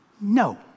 No